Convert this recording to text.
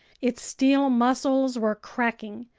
its steel muscles were cracking.